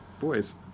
boys